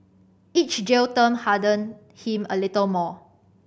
each jail term hardened him a little more